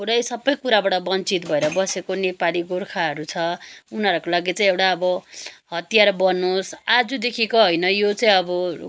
पुरै सबै कुराबाट बञ्चित भएर बसेको नेपाली गोर्खाहरू छ उनीहरूको लागि चाहिँ एउटा अब हतियार बनोस् आजदेखिको होइन यो चाहिँ अब